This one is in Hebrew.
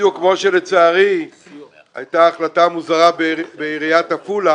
בדיוק כמו שלצערי הייתה החלטה מוזרה בעיריית עפולה